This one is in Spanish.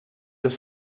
los